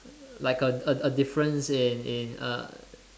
like a a a difference in in uh